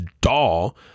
doll